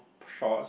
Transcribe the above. shorts